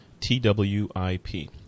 twip